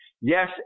Yes